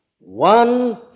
one